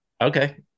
Okay